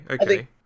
okay